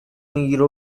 میگیره